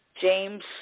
James